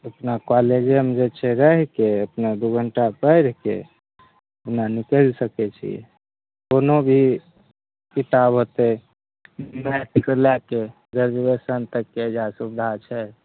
अपना कॉलेजेमे जे छै रहिके अपने दू घण्टा पढ़िके ओना निकालि सकइ छियै कोनो भी किताब ओतहि विद्यार्थीके लएके ग्रेजुएशन तकके अइजाँ सुविधा छै